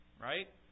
right